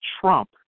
Trump